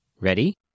Ready